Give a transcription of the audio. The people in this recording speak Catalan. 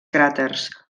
cràters